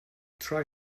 try